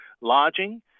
lodging